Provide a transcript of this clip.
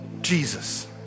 Jesus